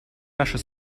наша